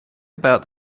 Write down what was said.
about